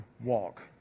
walk